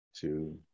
two